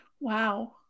Wow